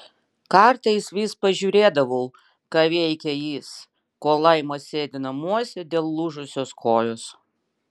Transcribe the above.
kartais vis pažiūrėdavau ką veikia jis kol laima sėdi namuose dėl lūžusios kojos